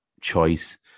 choice